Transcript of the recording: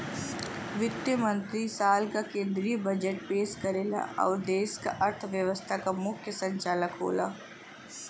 वित्त मंत्री साल क केंद्रीय बजट पेश करेला आउर देश क अर्थव्यवस्था क मुख्य संचालक होला